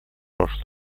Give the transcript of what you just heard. прошлое